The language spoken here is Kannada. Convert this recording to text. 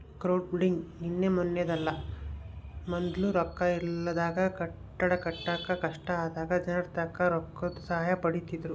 ಕ್ರೌಡ್ಪಂಡಿಂಗ್ ನಿನ್ನೆ ಮನ್ನೆದಲ್ಲ, ಮೊದ್ಲು ರೊಕ್ಕ ಇಲ್ದಾಗ ಕಟ್ಟಡ ಕಟ್ಟಾಕ ಕಷ್ಟ ಆದಾಗ ಜನರ್ತಾಕ ರೊಕ್ಕುದ್ ಸಹಾಯ ಪಡೀತಿದ್ರು